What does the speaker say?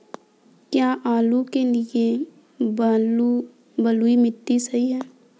क्या आलू के लिए बलुई मिट्टी सही है?